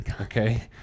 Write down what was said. Okay